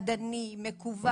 ידני, מקוון.